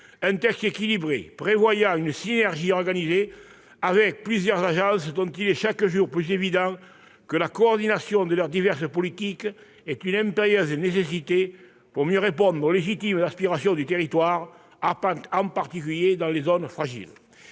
un texte équilibré, prévoyant une synergie organisée avec plusieurs agences : il est en effet chaque jour plus évident que la coordination des diverses politiques de ces dernières est une impérieuse nécessité pour mieux répondre aux légitimes aspirations du territoire, en particulier dans les zones fragiles.